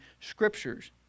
scriptures